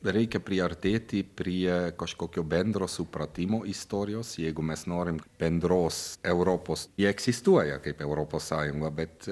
reikia priartėti prie kažkokio bendro supratimo istorijos jeigu mes norime bendros europos ji egzistuoja kaip europos sąjunga bet